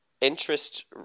interest